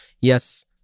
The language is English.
yes